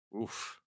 oof